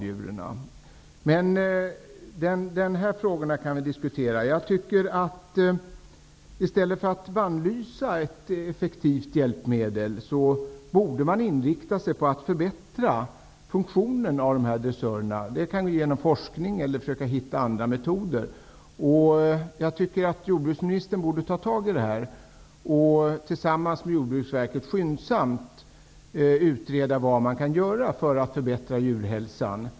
De här frågorna tål alltså att diskuteras. I stället för att bannlysa ett effektivt hjälpmedel borde man inrikta sig på att förbättra funktionen hos dressörerna, t.ex. genom forskning för att komma fram till andra metoder. Jordbruksministern borde alltså ta itu med dessa frågor och tillsammans med Jordbruksverket skyndsamt utreda vad som kan göras när det gäller att förbättra djurhälsan.